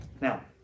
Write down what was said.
now